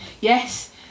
Yes